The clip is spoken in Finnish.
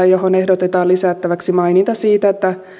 johon ehdotetaan lisättäväksi maininta siitä että